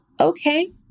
okay